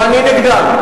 ואני נגדם.